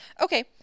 Okay